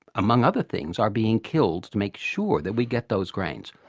among other things, are being killed to make sure that we get those grains.